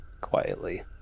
quietly